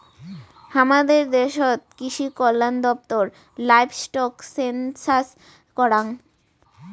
হামাদের দ্যাশোত কৃষিকল্যান দপ্তর লাইভস্টক সেনসাস করাং